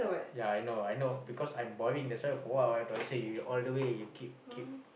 ya I know I know because I'm boring that's why for what I don't want to say you all the way you keep keep